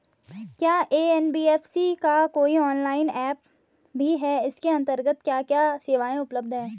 क्या एन.बी.एफ.सी का कोई ऑनलाइन ऐप भी है इसके अन्तर्गत क्या क्या सेवाएँ उपलब्ध हैं?